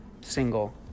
single